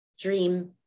dream